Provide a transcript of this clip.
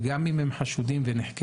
וגם אם הם חשודים ונחקרו,